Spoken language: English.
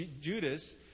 Judas